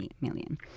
million